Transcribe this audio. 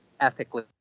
ethically